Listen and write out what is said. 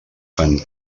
fan